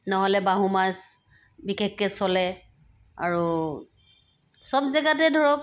নহ'লে বাহু মাছ বিশেষকৈ চলে আৰু চব জেগাতে ধৰক